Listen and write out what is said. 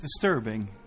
disturbing